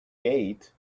gate